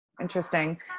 Interesting